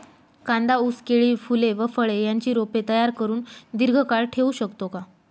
कांदा, ऊस, केळी, फूले व फळे यांची रोपे तयार करुन दिर्घकाळ ठेवू शकतो का?